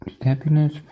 happiness